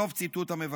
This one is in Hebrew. סוף ציטוט המבקר.